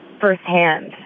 firsthand